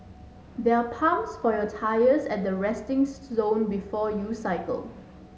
there are pumps for your tyres at the resting zone before you cycle